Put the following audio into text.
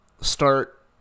start